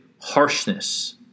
harshness